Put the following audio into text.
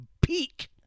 peak